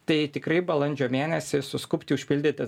tai tikrai balandžio mėnesį suskubti užpildyti